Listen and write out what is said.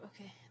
Okay